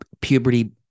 puberty